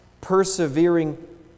persevering